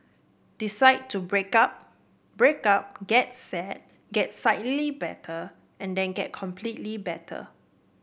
decide to break up break up get sad get slightly better and then get completely better